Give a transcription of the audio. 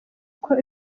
uko